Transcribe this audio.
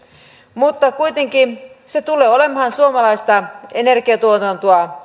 mutta kuitenkin se tulee olemaan osa suomalaista energiantuotantoa